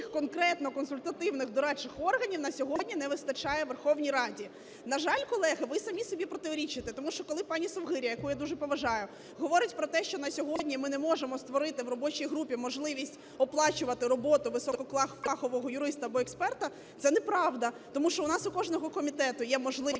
конкретно консультативно-дорадчих органів на сьогодні не вистачає Верховній Раді? На жаль, колеги, ви самі собі протирічите, тому що коли пані Совгиря, яку я дуже поважаю, говорить про те, що на сьогодні ми не можемо створити в робочій групі можливість оплачувати роботу високофахового юриста або експерта, це неправда, тому що у нас у кожного комітету є можливість